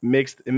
Mixed